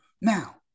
Now